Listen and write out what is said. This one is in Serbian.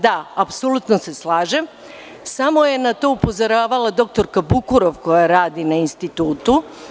Da, apsolutno se slažem, samo je na to upozoravala doktorka Bukurov koja radi na Institutu.